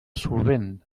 solvent